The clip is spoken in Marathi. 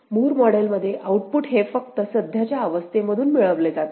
मूर मॉडेलमध्ये आउटपुट हे फक्त सध्याच्या अवस्थेतून मिळवले जाते